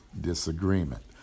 disagreement